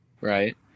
Right